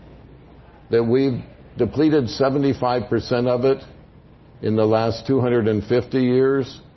that we've depleted seventy five percent of it in the last two hundred and fifty years?